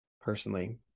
Personally